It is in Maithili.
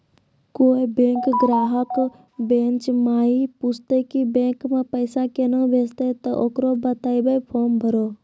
कोय बैंक ग्राहक बेंच माई पुछते की बैंक मे पेसा केना भेजेते ते ओकरा बताइबै फॉर्म भरो